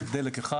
דלק אחד.